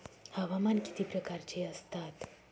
हवामान किती प्रकारचे असतात?